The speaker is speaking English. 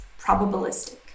probabilistic